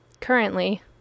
currently